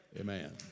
Amen